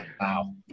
wow